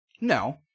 No